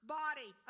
body